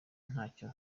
ntacyo